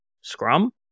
scrum